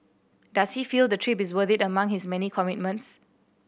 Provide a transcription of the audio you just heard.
does he feel the trip is worth it among his many commitments